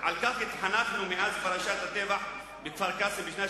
"על כך התחנכנו מאז פרשת הטבח בכפר-קאסם בשנת